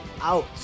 out